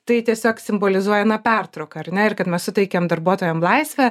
tai tiesiog simbolizuoja na pertrauką ar ne ir kad mes suteikiam darbuotojam laisvę